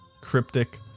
cryptic